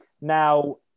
Now